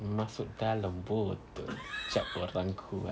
masuk dalam botol hisap batang kuat